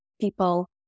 people